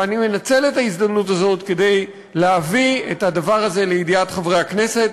ואני מנצל את ההזדמנות הזאת כדי להביא את הדבר הזה לידיעת חברי הכנסת.